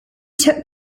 took